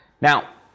now